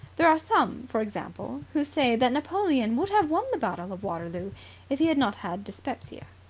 there are some, for example, who say that napoleon would have won the battle of waterloo if he had not had dyspepsia.